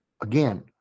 again